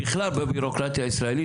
בכלל בבירוקרטיה הישראלית,